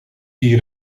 die